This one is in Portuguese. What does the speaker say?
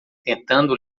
tentando